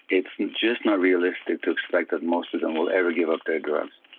it's just not realistic to expect that most of them will ever give up their drugs.